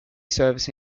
service